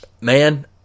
man